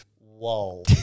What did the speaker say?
Whoa